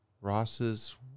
Ross's